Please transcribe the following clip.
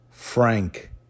Frank